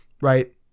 Right